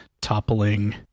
toppling